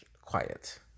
Quiet